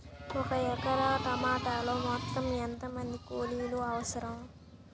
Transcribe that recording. ఒక ఎకరా టమాటలో మొత్తం ఎంత మంది కూలీలు అవసరం?